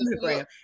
Instagram